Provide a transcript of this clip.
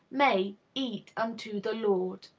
may eat unto the lord.